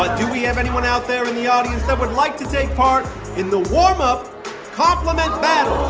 but do we have anyone out there in the audience that would like to take part in the warm-up compliment battle?